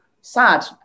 Sad